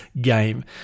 game